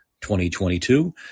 2022